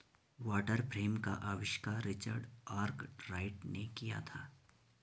water frame का आविष्कार Richard Arkwright ने किया था